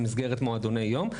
במסגרת מועדוני יום.